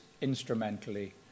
instrumentally